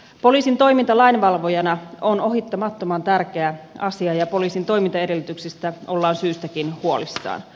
poliisin toiminta lainvalvojana on ohittamattoman tärkeä asia ja poliisin toimintaedellytyksistä ollaan syystäkin huolissaan